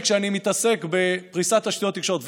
כשאני מתעסק בפריסת תשתיות תקשורת,